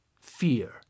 fear